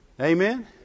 Amen